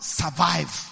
survive